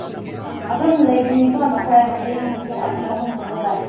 ꯎꯝ ꯑꯗꯨꯝ ꯂꯩꯒꯅꯤꯀꯣ ꯅꯈꯣꯏ ꯍꯌꯦꯡ ꯄꯨꯡ ꯑꯅꯤ ꯑꯍꯨꯝꯒꯨꯝꯕꯗ